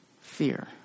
Fear